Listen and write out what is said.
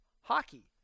Hockey